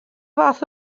fath